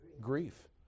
Grief